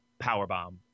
Powerbomb